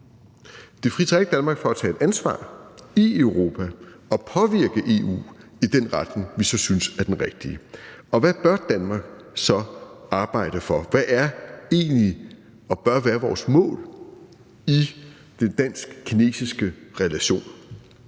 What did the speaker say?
Det fritager ikke Danmark fra at tage et ansvar i Europa og påvirke EU i den retning, vi så synes er den rigtige. Og hvad bør Danmark så arbejde for? Hvad bør egentlig være vores mål i den dansk-kinesiske relation?